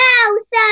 House